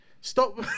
stop